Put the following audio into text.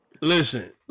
Listen